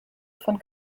von